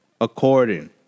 according